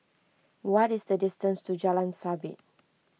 what is the distance to Jalan Sabit